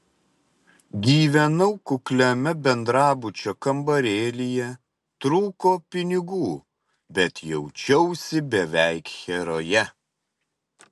gyvenau kukliame bendrabučio kambarėlyje trūko pinigų bet jaučiausi beveik heroje